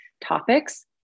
topics